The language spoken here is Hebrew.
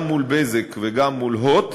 גם מול "בזק" וגם מול "הוט",